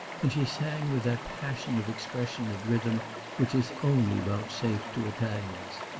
and she sang with that passion of expression and rhythm which is only vouchsafed to italians.